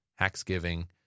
Hacksgiving